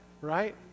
Right